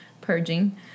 purging